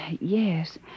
Yes